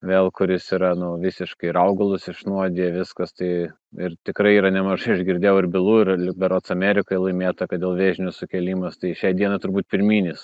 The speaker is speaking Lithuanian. vėl kuris yra nu visiškai ir augalus išnuodija viskas tai ir tikrai yra nemažai aš girdėjau ir bylų yra ir berods amerikoj laimėta kad dėl vėžinių sukėlimas tai šiai dienai turbūt pirminis